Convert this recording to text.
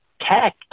tech